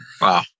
Wow